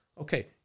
okay